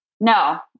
no